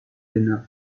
hinab